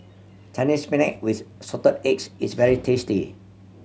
Chinese Spinach with Assorted Eggs is very tasty